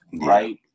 right